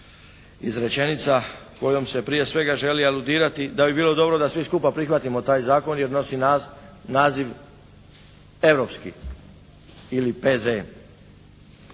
iz rečenica kojom se prije svega želi aludirati da bi bilo dobro da svi skupa prihvatimo taj zakon jer nosi naziv europski ili P.Z.E.